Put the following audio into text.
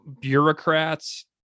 bureaucrats